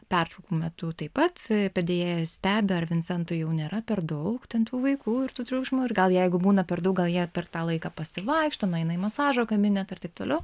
pertraukų metu taip pat padėjėjas stebi ar vincentui jau nėra per daug ten tų vaikų ir tų triukšmų ir gal jeigu būna per daug gal jie per tą laiką pasivaikšto nueina į masažo kabinetą ir taip toliau